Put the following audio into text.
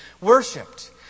worshipped